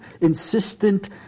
insistent